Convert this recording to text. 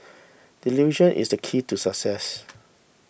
delusion is the key to success